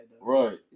Right